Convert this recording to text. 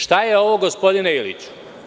Šta je ovo gospodine Iliću?